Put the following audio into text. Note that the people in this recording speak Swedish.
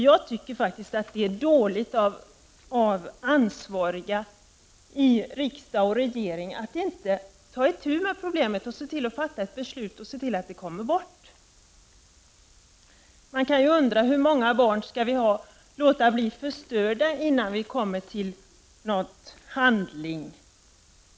Det är svagt av ansvariga i riksdag och regering att inte ta itu med problemet och fatta ett beslut så att videovåldet kommer bort. Jag undrar hur många barn som skall bli förstörda innan det kommer till handling.